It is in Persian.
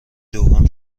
دوم